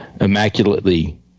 immaculately